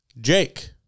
Jake